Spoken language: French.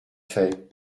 fait